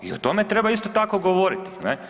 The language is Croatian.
I o tome treba isto tako govoriti, ne?